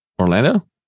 Orlando